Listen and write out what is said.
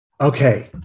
Okay